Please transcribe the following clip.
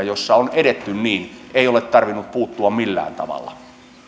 joissa on edetty niin ei ole tarvinnut puuttua millään tavalla